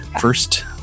First